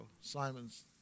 Simon's